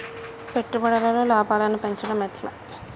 పెట్టుబడులలో లాభాలను పెంచడం ఎట్లా?